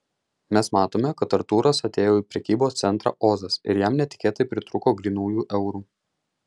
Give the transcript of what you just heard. mes matome kad artūras atėjo į prekybos centrą ozas ir jam netikėtai pritrūko grynųjų eurų